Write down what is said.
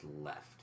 left